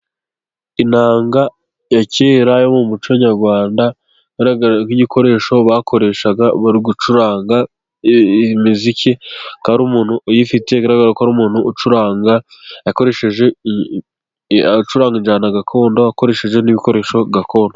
Inanga ya kera yo mu muco nyarwanda igaragara nk'igikoresho bakoreshaga bari gucuranga imiziki, akaba ari umuntu uyifite igaragara ko ari umuntu ucuranga akoresheje, acuranga injyana gakondo akoresheje n'ibikoresho gakondo.